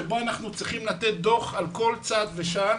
בה אנחנו צריכים לתת דו"ח על כל צעד ושעל,